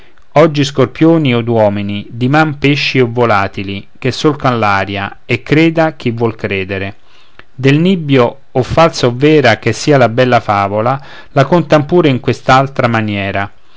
oggi scorpioni od uomini diman pesci o volatili che solcan l'aria e creda chi vuol credere del nibbio o falsa o vera che sia la bella favola la contan pure in quest'altra maniera